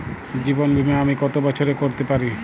জীবন বীমা আমি কতো বছরের করতে পারি?